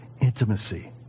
intimacy